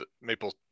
maple